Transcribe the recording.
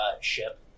ship